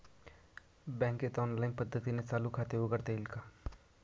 बँकेत ऑनलाईन पद्धतीने चालू खाते उघडता येईल का?